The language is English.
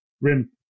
rim